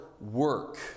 work